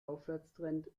aufwärtstrend